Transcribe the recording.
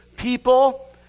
people